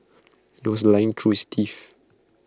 he was lying through his teeth